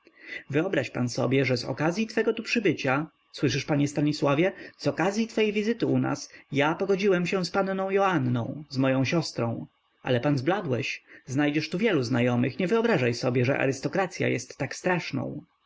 wyobraź pan sobie że z okazyi twego tu przybycia słyszysz panie stanisławie z okazyi twojej wizyty u nas ja pogodziłem się z panią joanną z moją siostrą ale pan zbladłeś znajdziesz tu wielu znajomych nie wyobrażaj sobie że arystokracya jest tak straszną